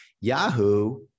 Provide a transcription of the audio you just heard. yahoo